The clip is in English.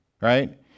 right